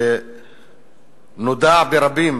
נודע ברבים